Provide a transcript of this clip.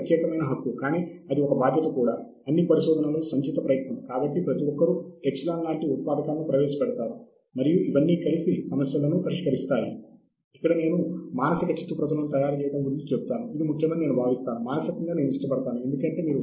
ఆ విధంగా సాహిత్య శోధన కొనసాగేటట్లు మనం చూడవచ్చు మనము వెళ్లి శోధించడం కంటే మన ఇన్బాక్స్లలోకి అవి నెట్టబదాతాయి